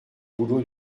bouleaux